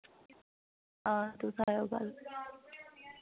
हां तुस आएओ कल्ल